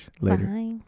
later